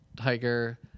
tiger